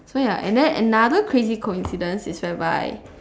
so ya and then another crazy coincidence is whereby